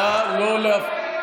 נא לא להפריע.